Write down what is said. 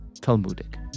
Talmudic